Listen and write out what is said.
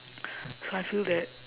so I feel that